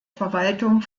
verwaltung